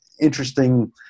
interesting